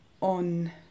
on